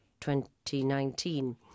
2019